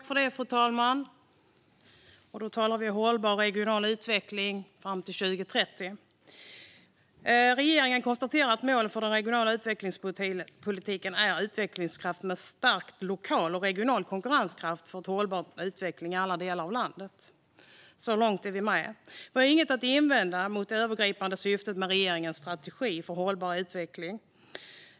Fru talman! Nu pratar vi hållbar regional utveckling fram till 2030. Regeringen konstaterar att målet för den regionala utvecklingspolitiken är utvecklingskraft med stärkt lokal och regional konkurrenskraft för en hållbar utveckling i alla delar av landet. Så långt är vi med. Vi har inget att invända mot det övergripande syftet med regeringens strategi för hållbar regional utveckling.